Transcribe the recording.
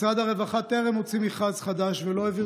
משרד הרווחה טרם הוציא מכרז חדש ולא העביר